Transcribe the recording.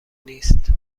نیست